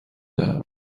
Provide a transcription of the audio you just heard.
دهم